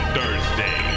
Thursday